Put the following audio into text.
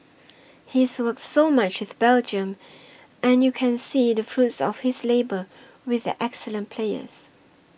he's worked so much with Belgium and you can see the fruits of his labour with their excellent players